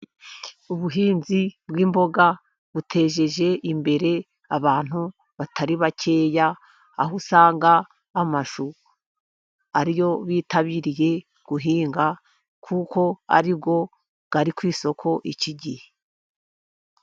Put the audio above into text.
Ubuhinzi bw’imboga buteje imbere abantu batari bakeya, aho usanga amashu ariyo bitabiriye guhinga kuko ari yo ari ku isoko iki gihe.